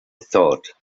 thought